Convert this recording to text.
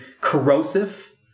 corrosive